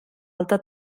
alta